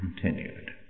continued